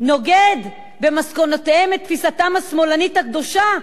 נוגד במסקנותיו את תפיסתם השמאלנית הקדושה,